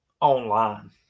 online